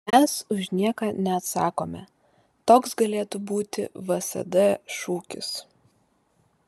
mes už nieką neatsakome toks galėtų būti vsd šūkis